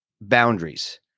boundaries